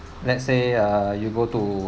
let's say uh you go to